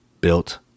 built